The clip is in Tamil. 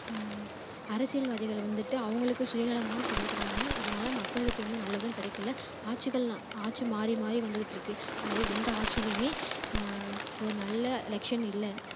அரசியல்வாதிகள் வந்துட்டு அவங்களுக்கு சுயநலமாக சிந்திக்கிறாங்க இதனால மக்களுக்கு என்ன நல்லதும் கிடைக்கல ஆட்சிகள்லாம் ஆட்சி மாறிமாறி வந்துக்கிட்டிருக்கு அந்த எந்த ஆட்சியிலையுமே ஒரு நல்ல எலக்ஷன் இல்லை